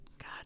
God